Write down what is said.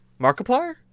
Markiplier